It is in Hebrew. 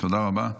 תודה רבה.